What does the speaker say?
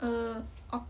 err o~